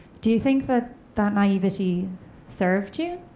do you think that that naivety served you?